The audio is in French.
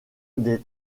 des